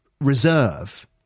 reserve